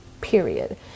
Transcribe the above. period